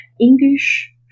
English